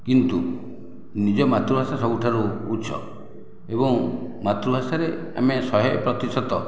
କିନ୍ତୁ ନିଜ ମାତୃଭାଷା ସବୁଠାରୁ ଉଚ୍ଚ ଏବଂ ମାତୃଭାଷାରେ ଆମେ ଶହେ ପ୍ରତିଶତ